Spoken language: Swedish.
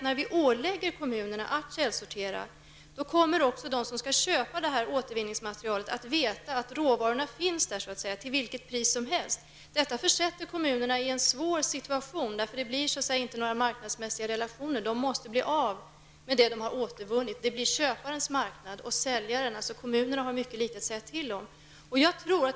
När vi ålägger kommunerna att källsortera, kommer köparna av återvinningsmaterialet att veta att råvaran finns där till vilket pris som helst. Detta försätter kommunerna i en svår situation. Det blir inte några marknadsmässiga relationer. Kommunerna måste bli av med det återvunna materialet. Det blir köparens marknad. Säljaren, dvs. kommunerna, har mycket litet att säga till om.